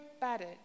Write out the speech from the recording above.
battered